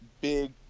big